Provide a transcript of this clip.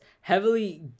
heavily